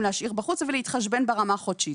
להשאיר בחוץ אבל להתחשבן ברמה החודשית,